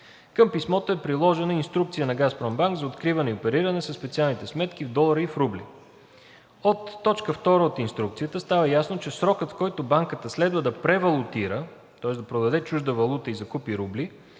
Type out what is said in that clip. Към писмото е приложена Инструкция на „Газпромбанк“ за откриване и опериране със специалните сметки – в долари и в рубли. От т. II от Инструкцията става ясно, че срокът, в който банката следва да превалутира, тоест да продаде чуждата валута и да закупи рубли